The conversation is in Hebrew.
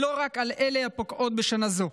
ולא רק את אלה הפוקעות בשנה זו,